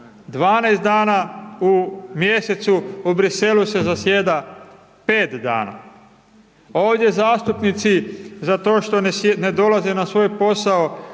12 dana u mjesecu, u Briselu se zasjeda 5 dana, ovdje zastupnici za to što ne dolaze na svoj posao